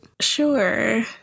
Sure